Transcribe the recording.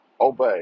obey